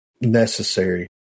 necessary